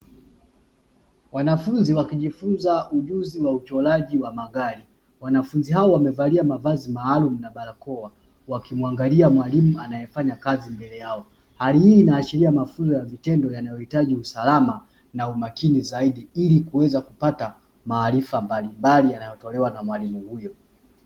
Wanafunzi wakijifunza ujuzi wa uchoraji wa magari. Wanafunzi hao wamevalia mavazi maalumu na barakoa, wakimwangalia mwalimu anayefanya kazi mbele yao. Hali hii inaashiria mafunzo ya vitendo yanayohitaji usalama na umakini zaidi ili kuweza kupata maarifa mbalimbali yanayotolewa na mwalimu huyo.